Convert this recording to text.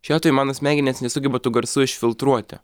šiuo atveju mano smegenys nesugeba tų garsų išfiltruoti